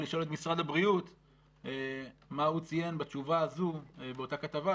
לשאול את משרד הבריאות מה הוא ציין בתשובה הזו באותה כתבה,